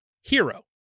Hero